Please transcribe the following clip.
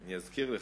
אני אזכיר לך.